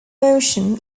motion